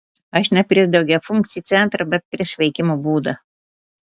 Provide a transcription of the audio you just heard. aš ne prieš daugiafunkcį centrą bet prieš veikimo būdą